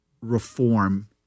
reform